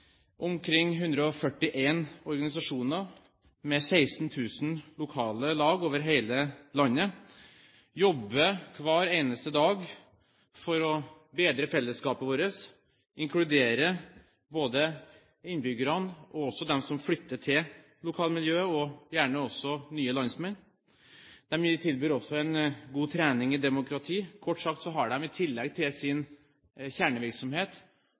Omkring 141 organisasjoner med 16 000 lokale lag over hele landet jobber hver eneste dag for å bedre fellesskapet vårt, for å inkludere både innbyggerne, de som flytter til lokalmiljøet, og også gjerne nye landsmenn. De tilbyr også en god trening i demokrati. Kort sagt har de i tillegg til sin kjernevirksomhet